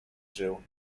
żył